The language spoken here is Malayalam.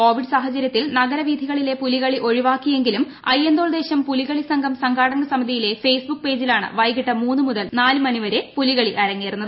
കോവിഡ് സാഹചരൃത്തിൽ നഗരവീഥിയിലെ പുലിക്കളി ഒഴിവാക്കിയെങ്കിലും അയ്യന്തോൾ ദേശം പുലിക്കളി സംഘാടക സമിതിയെന്ന ഫേസ്ബുക്ക് പേജിലാണ് വൈകിട്ട് മൂന്നു മുതൽ നാലു വരെ പുലിക്കളി അരങ്ങേറുന്നത്